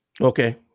Okay